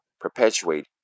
perpetuate